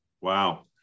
Wow